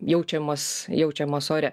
jaučiamas jaučiamas ore